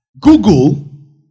Google